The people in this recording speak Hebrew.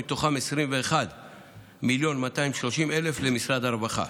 ומתוכם 21 מיליון ו-230,000 למשרד הרווחה.